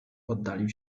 oddalił